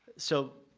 so